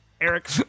eric